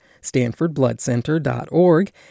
stanfordbloodcenter.org